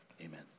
Amen